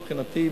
מבחינתי,